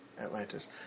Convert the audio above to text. Atlantis